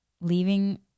leaving